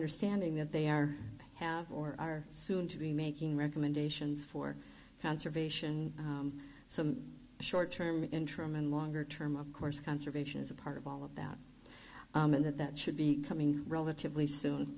understanding that they are have or are soon to be making recommendations for conservation some short term interim and longer term of course conservation is a part of all of that and that that should be coming relatively soon